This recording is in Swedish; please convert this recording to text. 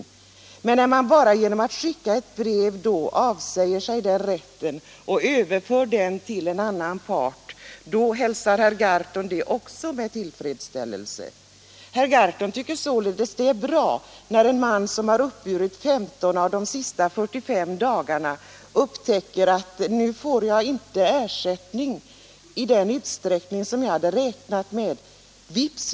Är det så när man bara genom att skicka ett brev till försäkringskassan kan avsäga sig den rätten och överföra den till en annan part? Hälsar herr Gahrton också detta med tillfredsställelse? Herr Gahrton tycker således att det är bra när en man som har uppburit 15 av de sista 45 dagarna upptäcker att ”nu får jag inte ersättning i den utsträckning som jag hade räknat med. Vips!